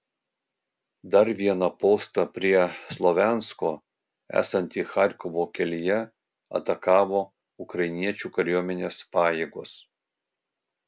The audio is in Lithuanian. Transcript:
dar vieną postą prie slovjansko esantį charkovo kelyje atakavo ukrainiečių kariuomenės pajėgos